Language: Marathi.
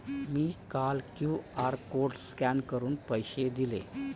मी काल क्यू.आर कोड स्कॅन करून पैसे दिले